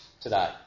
today